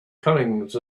comings